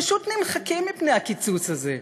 פשוט נמחקים מפני הקיצוץ הזה.